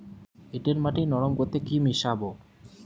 এঁটেল মাটি নরম করতে কি মিশাব?